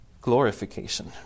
glorification